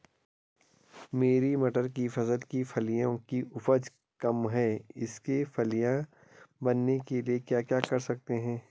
मेरी मटर की फसल की फलियों की उपज कम है इसके फलियां बनने के लिए क्या कर सकते हैं?